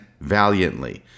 valiantly